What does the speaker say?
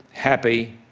happy,